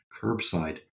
curbside